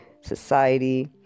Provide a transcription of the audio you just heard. society